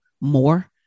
more